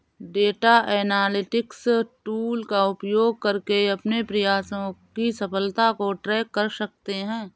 data analytics tool का उपयोग करके अपने प्रयासों की सफलता को ट्रैक कर सकते है